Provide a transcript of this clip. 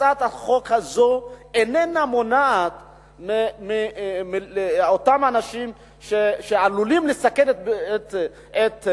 הצעת החוק הזאת איננה מונעת זאת לגבי אותם אנשים שעלולים לסכן את סועדי